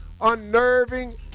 unnerving